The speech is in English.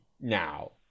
now